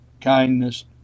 kindness